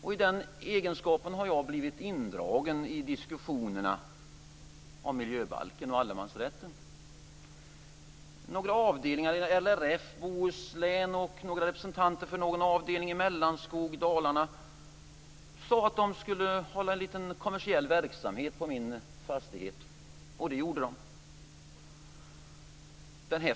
Av den anledningen har jag blivit indragen i diskussionerna om miljöbalken och allemansrätten. Representanter för en avdelning inom LRF i Bohuslän och någon representant för en avdelning i Mellanskog i Dalarna sade att de skulle hålla en liten kommersiell verksamhet på min fastighet. Det gjorde de.